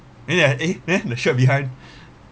and then I eh nah the shirt behind